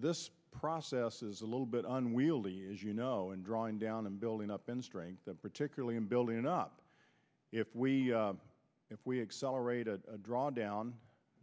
this process is a little bit unwieldy as you know and drawing down and building up in strength particularly in building up if we if we accelerated drawdown